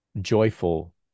joyful